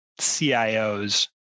CIOs